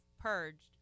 purged